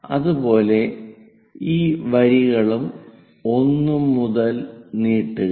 അതുപോലെ ഈ വരികളും 1 മുതൽ നീട്ടുക